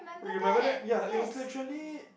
remember that ya it was literally